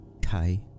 Kai